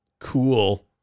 cool